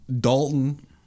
Dalton